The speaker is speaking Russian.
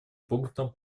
пунктам